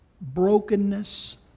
brokenness